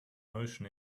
notion